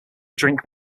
drink